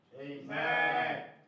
Amen